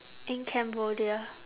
in cambodia